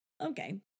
Okay